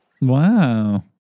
Wow